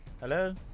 Hello